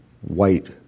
white